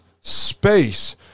space